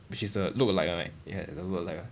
which is the look-alike one right ya the look-alike one